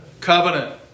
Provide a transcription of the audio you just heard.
covenant